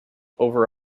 over